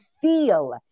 feel